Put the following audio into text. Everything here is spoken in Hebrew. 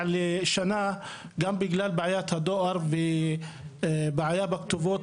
לשנה גם בגלל בעיית הדואר ובעיה בכתובות,